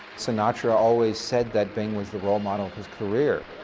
sinatra always said that bing was the role model of his career.